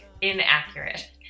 inaccurate